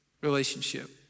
relationship